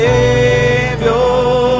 Savior